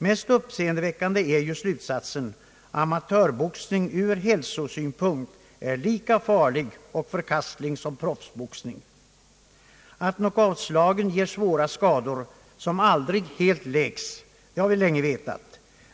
Mest uppseendeväckande är slutsatsen att amatörboxning ur hälsosynpunkt är lika farlig och förkastlig som proffsboxning. Att knockoutslagen ger svåra skador som aldrig helt läks, det har vi länge vetat.